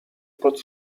pod